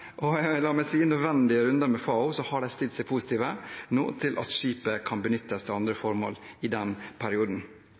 og – la meg si – nødvendige runder med FAO har de stilt seg positive til at skipet benyttes til andre